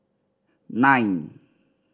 nine